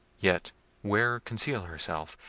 yet where conceal herself?